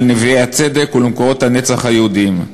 נביאי הצדק ולמקורות הנצח היהודיים.